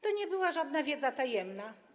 To nie była żadna wiedza tajemna.